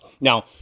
Now